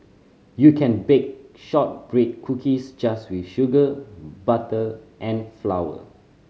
you can bake shortbread cookies just with sugar butter and flower